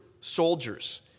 soldiers